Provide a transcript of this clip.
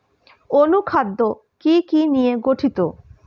অনুখাদ্য কি কি নিয়ে গঠিত?